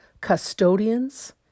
custodians